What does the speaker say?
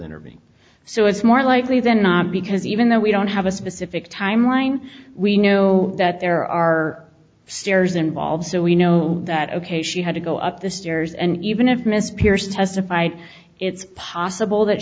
intervening so it's more likely than not because even though we don't have a specific timeline we know that there are stairs involved so we know that ok she had to go up the stairs and even if miss pierce testified it's possible that